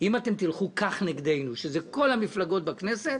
אם אתם תלכו כך נגדנו, שזה כל המפלגות בכנסת,